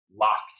locked